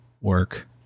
work